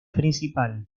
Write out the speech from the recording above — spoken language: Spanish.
principal